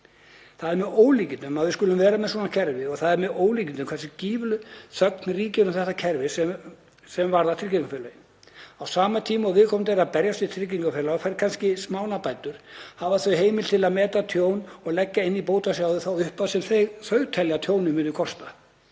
Það er með ólíkindum að við skulum vera með svona kerfi og það er með ólíkindum hversu gífurleg þögn ríkir um þetta kerfi sem varðar tryggingafélögin. Á sama tíma og viðkomandi er að berjast við tryggingafélög og fær kannski smánarbætur hafa þau heimild til að meta tjón og leggja inn í bótasjóði þá upphæð sem þau telja að tjónið muni kosta.